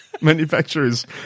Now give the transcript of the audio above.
manufacturers